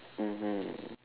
mmhmm